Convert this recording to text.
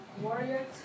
warrior